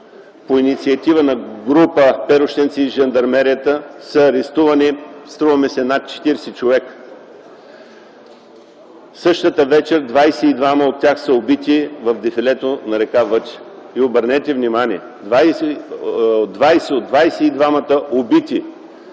по инициатива на група перущенци и жандармерията са арестувани над 40 човека. Същата вечер 22 от тях са убити в дефилето на р. Въча. Обърнете внимание, 20 от 22-мата убити